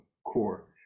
core